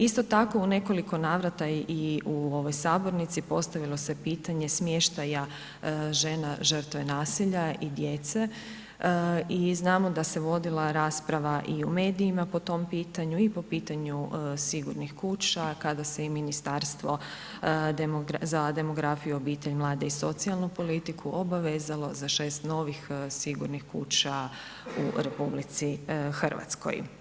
Isto tako u nekoliko navrata i u ovoj sabornici postavilo se pitanje smještaja žena žrtve nasilja i djece i znamo da se vodila rasprava i u medijima po tom pitanju i po pitanju sigurnih kuća kada se i Ministarstvo za demografiju, obitelj, mlade i socijalnu politiku obavezalo za 6 novih sigurnih kuća u Republici Hrvatskoj.